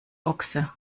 ochse